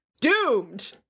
doomed